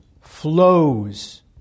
flows